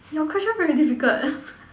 your question very difficult